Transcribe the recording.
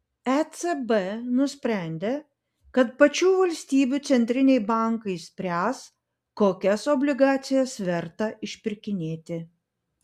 ecb nusprendė kad pačių valstybių centriniai bankai spręs kokias obligacijas verta išpirkinėti